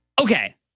Okay